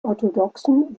orthodoxen